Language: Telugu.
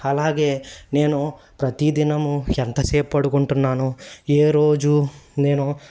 అలాగే నేను ప్రతిదినము ఎంతసేపుపడుకుంటున్నాను ఏ రోజు నేను